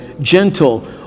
gentle